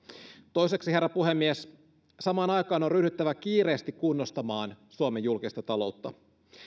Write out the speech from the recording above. toiseksi herra puhemies samaan aikaan on on ryhdyttävä kiireesti kunnostamaan suomen julkista taloutta